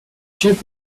check